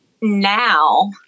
now